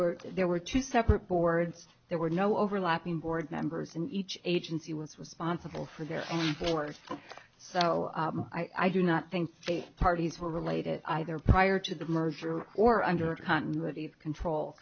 were there were two separate boards there were no overlapping board members and each agency was was sponsible for their orders so i do not think the parties were related either prior to the merger or under continuity of control